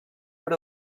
per